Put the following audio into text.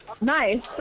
Nice